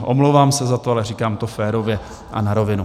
Omlouvám se za to, ale říkám to férově a na rovinu.